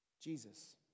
Jesus